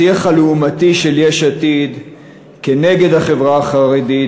השיח הלעומתי של יש עתיד כנגד החברה החרדית